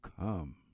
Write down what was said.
come